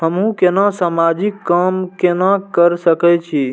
हमू केना समाजिक काम केना कर सके छी?